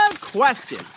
question